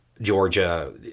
Georgia